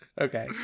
Okay